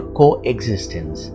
coexistence